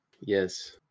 Yes